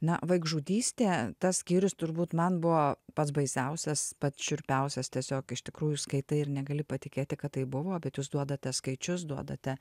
na vaikžudystė tas skyrius turbūt man buvo pats baisiausias pats šiurpiausias tiesiog iš tikrųjų skaitai ir negali patikėti kad taip buvo bet jūs duodate skaičius duodate